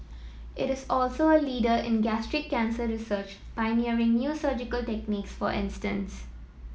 it is also a leader in gastric cancer research pioneering new surgical techniques for instance